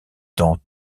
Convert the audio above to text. dans